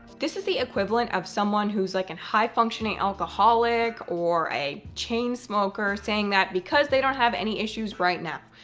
this is the equivalent of someone who's like a and high functioning alcoholic or a chain smoker saying that because they don't have any issues right now,